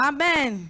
Amen